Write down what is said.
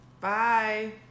Bye